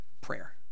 prayer